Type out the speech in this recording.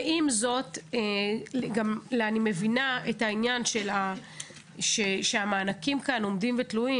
עם זאת, אני מבינה שהמענקים כאן עומדים ותלויים.